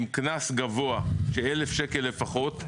עם קנס גבוה של 1,000 שקלים לפחות.